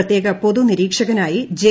പ്രത്യേക പൊതു നിരീക്ഷകനായി ജെ